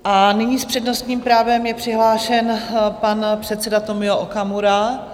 A nyní je s přednostním právem přihlášen pan předseda Tomio Okamura.